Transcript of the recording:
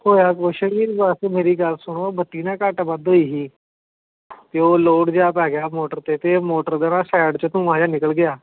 ਹੋਇਆ ਕੁਛ ਨਹੀਂ ਬਸ ਮੇਰੀ ਗੱਲ ਸੁਣੋ ਬੱਤੀ ਨਾ ਘੱਟ ਵੱਧ ਹੋਈ ਸੀ ਅਤੇ ਉਹ ਲੋੜ੍ਹ ਜਿਹਾ ਪੈ ਗਿਆ ਮੋਟਰ 'ਤੇ ਅਤੇ ਮੋਟਰ ਦਾ ਨਾ ਸਾਈਡ 'ਚ ਧੂੰਆਂ ਜਿਹਾ ਨਿਕਲ ਗਿਆ